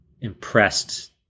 impressed